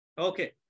okay